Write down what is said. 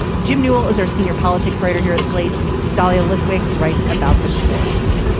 jim newell is our senior politics writer here at slate. dahlia lithwick writes about the courts.